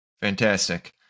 Fantastic